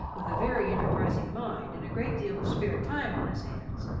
with a very enterprising mind and a great deal of spare time on his hands,